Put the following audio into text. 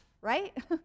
right